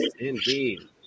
indeed